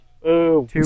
two